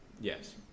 Yes